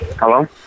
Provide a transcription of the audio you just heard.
Hello